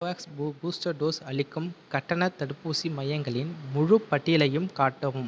Covovax booster dose அளிக்கும் கட்டணத் தடுப்பூசி மையங்களின் முழுப் பட்டியலையும் காட்டவும்